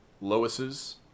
Lois's